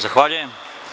Zahvaljujem.